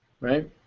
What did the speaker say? right